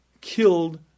killed